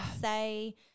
say